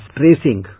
tracing